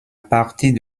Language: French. partie